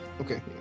okay